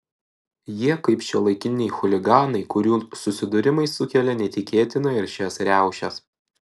jie kaip šiuolaikiniai chuliganai kurių susidūrimai sukelia neįtikėtinai aršias riaušes